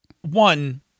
one